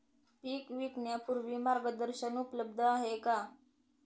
पीक विकण्यापूर्वी मार्गदर्शन उपलब्ध आहे का?